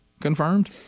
confirmed